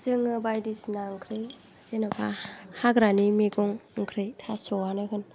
जोङो बायदिसाना ओंख्रि जेनेबा हाग्रानि मैगं ओंख्रि थास'आनो होन